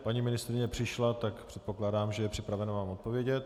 Paní ministryně přišla, tak předpokládám, že je připravena vám odpovědět.